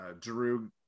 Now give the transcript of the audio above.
Drew